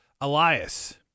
Elias